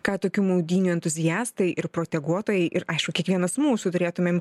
ką tokių maudynių entuziastai ir proteguotojai ir aišku kiekvienas mūsų turėtumėm